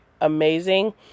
amazing